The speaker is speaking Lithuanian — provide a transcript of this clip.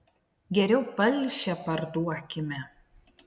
geriau palšę parduokime